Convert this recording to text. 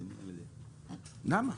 למה?